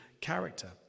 character